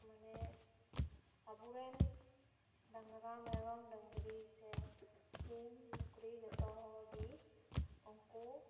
ᱢᱟᱱᱮ ᱟᱵᱚᱨᱮᱱ ᱰᱟᱝᱨᱟ ᱢᱮᱨᱚᱢ ᱰᱟᱹᱝᱨᱤ ᱥᱮ ᱥᱤᱢ ᱥᱩᱠᱨᱤ ᱡᱚᱛᱚ ᱜᱮ ᱩᱱᱠᱩ